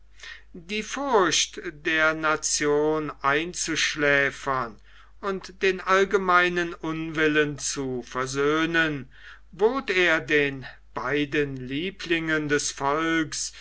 die furcht der nation einzuschläfern und den allgemeinen unwillen zu versöhnen bot er den beiden lieblingen des volks